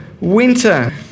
winter